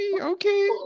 Okay